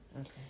Okay